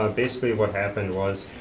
um basically what happened was,